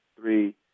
three